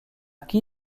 qui